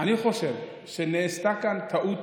אני חושב שנעשתה כאן טעות